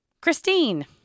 Christine